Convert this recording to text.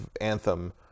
Anthem